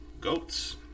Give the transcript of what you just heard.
goats